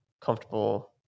comfortable